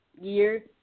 year